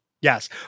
Yes